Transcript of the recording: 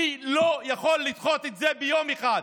אני לא יכול לדחות את זה ביום אחד.